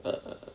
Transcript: err